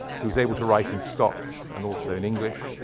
he was able to write in scots, and also in english,